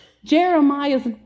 Jeremiah's